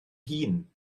hun